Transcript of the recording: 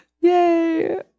Yay